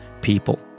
people